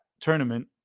tournament